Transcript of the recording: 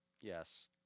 Yes